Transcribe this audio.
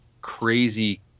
crazy